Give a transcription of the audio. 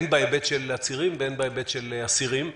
הן בהיבט של עצירים והן בהיבט של אסירים.